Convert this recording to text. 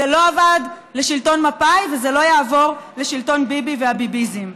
זה לא עבד לשלטון מפא"י וזה לא יעבוד לשלטון ביבי והביביזם.